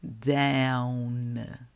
down